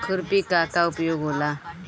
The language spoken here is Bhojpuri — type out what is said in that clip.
खुरपी का का उपयोग होला?